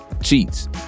cheats